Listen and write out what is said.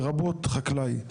לרבות חקלאי,